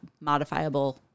modifiable